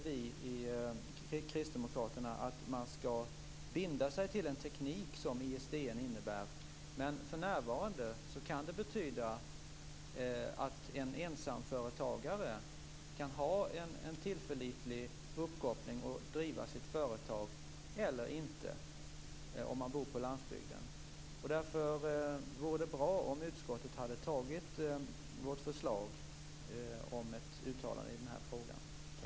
Vi kristdemokrater menar nu inte att man skall binda sig till den teknik som ISDN innebär, men för närvarande kan det betyda att en ensamföretagare kan ha en tillförlitlig uppkoppling och driva sitt företag, eller inte kan göra det om man bor på landsbygden. Därför hade det varit bra om utskottet hade tagit vårt förslag om ett uttalande i den här frågan.